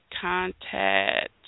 contact